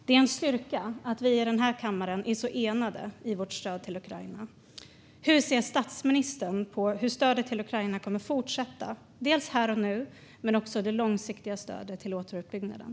Det är en styrka att vi i denna kammare är så enade i vårt stöd till Ukraina. Hur ser statsministern på hur stödet till Ukraina kommer att fortsätta? Jag tänker både på här och nu och på det långsiktiga stödet till återuppbyggnaden.